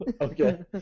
Okay